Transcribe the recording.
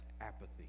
apathy